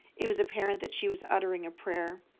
it was apparent that she was uttering a prayer.